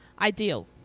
ideal